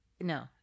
No